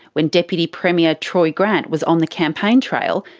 when deputy premier troy grant was on the campaign trail,